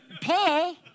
Paul